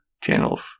channels